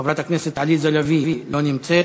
חברת הכנסת עליזה לביא, לא נמצאת.